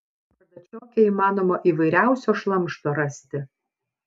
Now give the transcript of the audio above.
bardačioke įmanoma įvairiausio šlamšto rasti